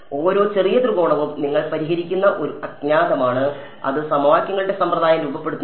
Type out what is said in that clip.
അതിനാൽ ഓരോ ചെറിയ ത്രികോണവും നിങ്ങൾ പരിഹരിക്കുന്ന ഒരു അജ്ഞാതമാണ് അത് സമവാക്യങ്ങളുടെ സമ്പ്രദായം രൂപപ്പെടുത്തുന്നു